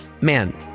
Man